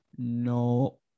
no